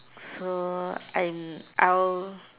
so I'm I'll